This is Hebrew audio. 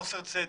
חוסר צדק,